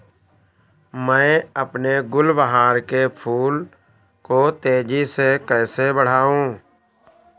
मैं अपने गुलवहार के फूल को तेजी से कैसे बढाऊं?